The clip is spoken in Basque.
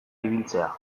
ibiltzea